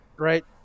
Right